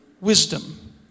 wisdom